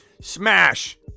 Smash